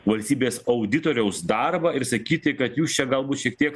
valstybės auditoriaus darbą ir sakyti kad jūs čia galbūt šiek tiek